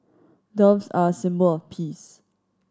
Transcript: doves are a symbol of peace